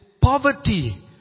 poverty